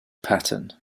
pattern